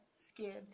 scared